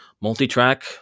multi-track